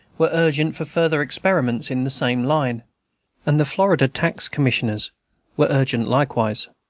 were urgent for further experiments in the same line and the florida tax-commissioners were urgent likewise.